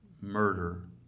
murder